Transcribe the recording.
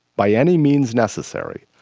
by any means necessary,